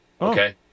Okay